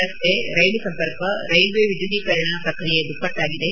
ರಸ್ತೆ ರೈಲು ಸಂಪರ್ಕ ರೈಲ್ವೆ ವಿದ್ಯುದೀಕರಣ ಪ್ರಕ್ರಿಯೆ ದುಪ್ಪಟ್ಟಾಗಿದೆ